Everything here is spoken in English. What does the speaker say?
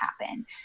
happen